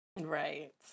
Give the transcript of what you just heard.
Right